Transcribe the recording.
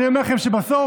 אני אומר לכם שבסוף